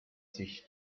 sich